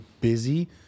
busy